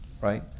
right